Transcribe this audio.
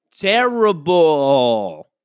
Terrible